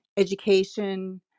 education